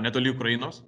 netoli ukrainos